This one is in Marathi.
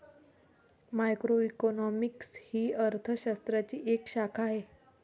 मॅक्रोइकॉनॉमिक्स ही अर्थ शास्त्राची एक शाखा आहे